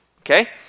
Okay